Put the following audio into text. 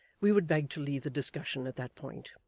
we would beg to leave the discussion at that point.